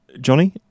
Johnny